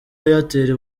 airtel